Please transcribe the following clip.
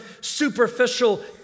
superficial